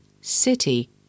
city